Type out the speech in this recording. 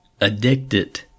addicted